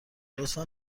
لطفا